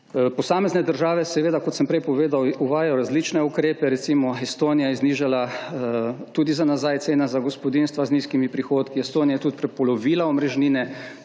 Posamezne države, kot sem prej povedal, uvajajo različne ukrepe. Recimo Estonija je znižala tudi za nazaj ceno za gospodinjstva z nizkimi prihodki. Estonija je tudi prepolovila omrežnine.